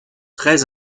très